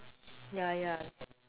ya ya